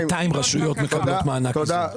200 רשויות מקבלות מענק איזון.